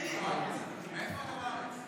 מאיפה אתה בארץ?